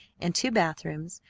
and two bathrooms,